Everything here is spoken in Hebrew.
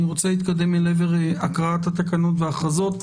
אני רוצה להתקדם להקראת התקנות וההכרזות.